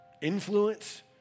Influence